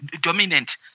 dominant